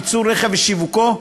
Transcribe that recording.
1. ייצור רכב ושיווקו,